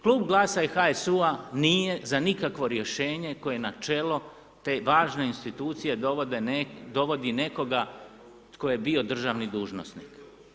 Klub GLAS-a i HSU-a nije za nikakvo rješenje koje na čelo te važne institucije dovodi nekoga tko je bio državni dužnosnik.